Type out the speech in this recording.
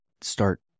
start